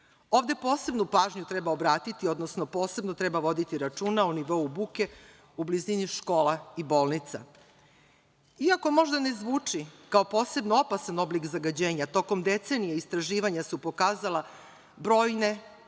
Ovde posebnu pažnju treba obratiti, odnosno posebno treba voditi računa o nivou buke u blizini škola i bolnica. Iako možda ne zvuči kao posebno opasan oblik zagađenja, tokom decenije istraživanja su pokazala brojne